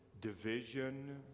division